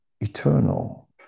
eternal